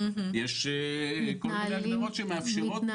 יש כל מיני הגדרות שמאפשרות לקחת --- תן